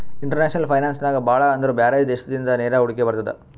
international finance ನಾಗ್ ಭಾಳ ಅಂದುರ್ ಬ್ಯಾರೆ ದೇಶಲಿಂದ ನೇರ ಹೂಡಿಕೆ ಬರ್ತುದ್